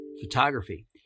photography